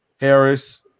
Harris